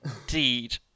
Indeed